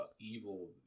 evil